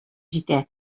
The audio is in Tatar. җитә